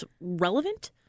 relevant